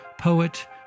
poet